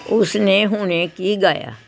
ਉਸਨੇ ਹੁਣ ਕੀ ਗਾਇਆ